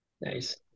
nice